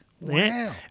Wow